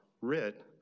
writ